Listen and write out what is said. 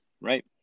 Right